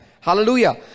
Hallelujah